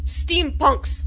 steampunks